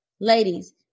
Ladies